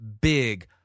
big